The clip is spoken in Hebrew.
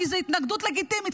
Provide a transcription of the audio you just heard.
כי זאת התנגדות לגיטימית,